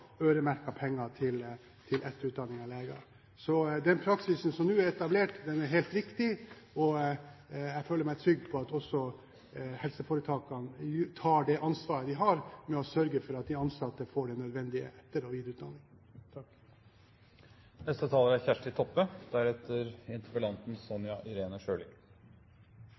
penger til etterutdanning av leger. Den praksisen som nå er etablert, er helt riktig, og jeg føler meg trygg på at også helseforetakene tar det ansvaret de har for å sørge for at de ansatte får den nødvendige etter- og videreutdanning.